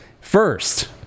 first